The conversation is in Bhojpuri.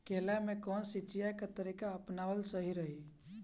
केला में कवन सिचीया के तरिका अपनावल सही रही?